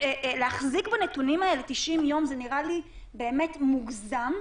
להחזיק בנתונים האלה 90 יום זה נראה לי באמת מוגזם.